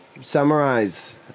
summarize